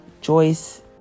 Joyce